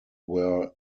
were